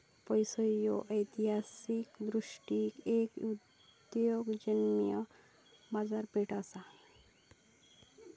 पैसो ह्या ऐतिहासिकदृष्ट्यो एक उदयोन्मुख बाजारपेठ असा